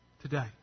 today